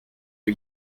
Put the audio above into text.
are